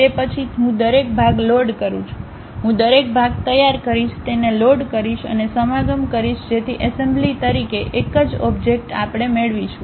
તે પછી હું દરેક ભાગ લોડ કરું છું હું દરેક ભાગ તૈયાર કરીશ તેને લોડ કરીશ અને સમાગમ કરીશ જેથી એસેમ્બલી તરીકે એક જ ઓબ્જેક્ટ આપણે મેળવીશું